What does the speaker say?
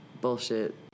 bullshit